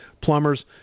plumbers